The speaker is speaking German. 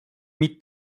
mit